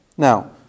Now